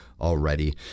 already